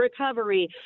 recovery